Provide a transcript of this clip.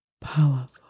powerful